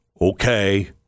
Okay